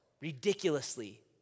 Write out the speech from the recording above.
ridiculously